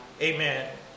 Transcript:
amen